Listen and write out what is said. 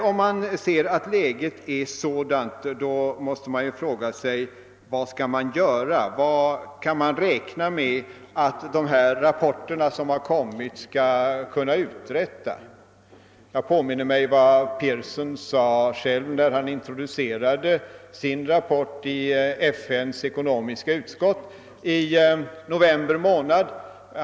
Om man ser att läget är sådant måste man fråga sig vad man skall göra. Vad kan man räkna med att de rapporter som har kommit skall få för resultat? Jag påminner mig vad Pearson själv sade när han introducerade sin rapport i FN:s ekonomiska utskott i november månad.